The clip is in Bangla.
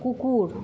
কুকুর